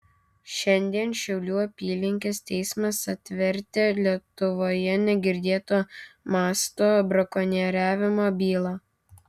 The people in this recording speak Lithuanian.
šiandien šiaulių apylinkės teismas atvertė lietuvoje negirdėto masto brakonieriavimo bylą